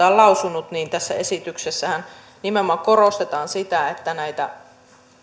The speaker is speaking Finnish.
on lausunut tässä esityksessähän nimenomaan korostetaan sitä että